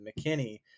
McKinney